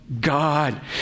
God